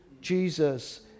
Jesus